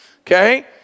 okay